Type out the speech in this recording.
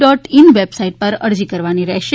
dot in website ઉપર અરજી કરવાની રહેશે